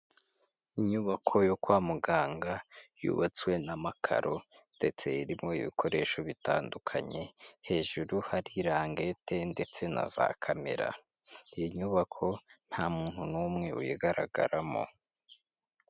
Inyubako yo kwa muganga yubatswe n'amakaro ndetse irimo ibikoresho bitandukanye, hejuru hari rangete ndetse na za kamera, iyi nyubako nta muntu n'umwe uyigaragaramo.